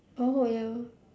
oh ya